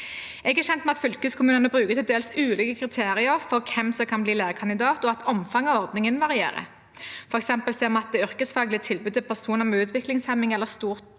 Jeg er kjent med at fylkeskommunene bruker til dels ulike kriterier for hvem som kan bli lærekandidat, og at omfanget av ordningen varierer. For eksempel ser vi at det yrkesfaglige tilbudet til personer med utviklingshemming eller stort